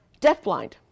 DeafBlind